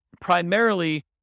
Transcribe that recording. primarily